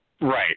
right